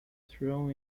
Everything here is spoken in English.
thrown